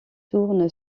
tourne